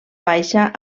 baixa